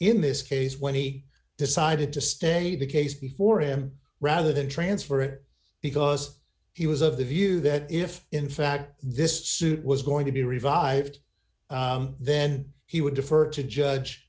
in this case when he decided to state the case before him rather than transfer it because he was of the view that if in fact this suit was going to be revived then he would defer to